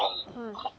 mm